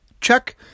Check